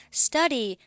,study